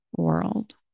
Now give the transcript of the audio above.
world